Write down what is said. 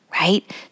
Right